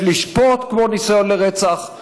יש לשפוט כמו ניסיון לרצח.